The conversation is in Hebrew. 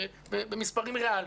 במספרים ריאליים,